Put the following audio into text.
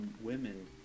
women